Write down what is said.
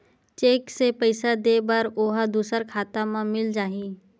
Cheque से पईसा दे बर ओहा दुसर खाता म मिल जाही?